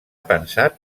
pensat